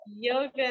yoga